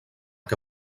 que